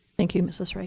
thank you, mrs. wright.